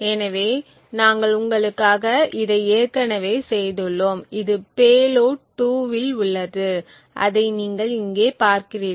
எனவே நாங்கள் உங்களுக்காக இதை ஏற்கனவே செய்துள்ளோம் இது பேலோட் 2 இல் உள்ளதுஅதை நீங்கள் இங்கே பார்க்கிறீர்கள்